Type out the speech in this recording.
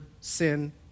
sin